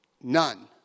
none